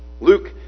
Luke